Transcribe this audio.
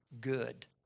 good